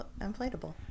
inflatable